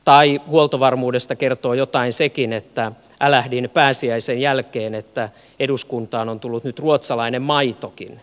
tai huoltovarmuudesta kertoo jotain sekin mistä älähdin pääsiäisen jälkeen että eduskuntaan on tullut nyt ruotsalainen maitokin